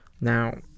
Now